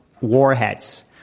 warheads